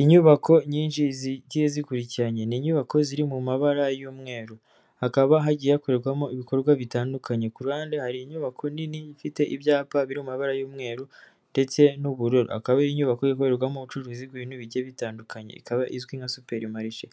Inyubako nyinshi zigiye zikurikiranye. Ni inyubako ziri mu mabara y'umweru. Hakaba hagiye hakorerwamo ibikorwa bitandukanye. Ku ruhande hari inyubako nini ifite ibyapa biri mu mabara y'umweru ndetse n'ubururu. Akaba ari inyubako ikorerwamo ubucuruzi bw'ibintu bigiye bitandukanye. Ikaba izwi nka superimarishe.